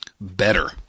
better